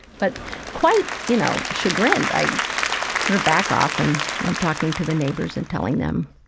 but quite, you know, chagrined, i sort of back off and i'm talking to the neighbors and telling them,